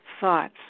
thoughts